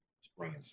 spring